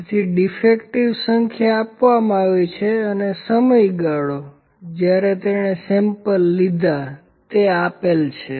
તેથી ડીફેક્ટીવ સંખ્યા આપવામાં આવી છે અને સમયગાળો જ્યારે તેણે સેમ્પલા લીધા તે આપેલ છે